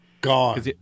Gone